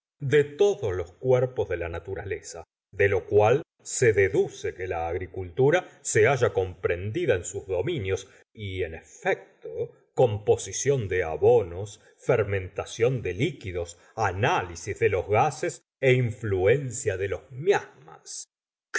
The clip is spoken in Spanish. de todos los cuerpos de la naturaleza de lo cual se deduce que la agricultura se halla comprendida en sus dominios y en efecto composición de abonos fermentación de líquidos análisis de los gases é influencia de los miasmas